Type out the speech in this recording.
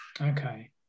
Okay